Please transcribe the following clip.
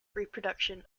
reproduction